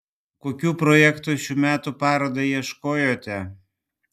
kokių projektų šių metų parodai ieškojote